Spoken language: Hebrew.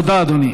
תודה, אדוני.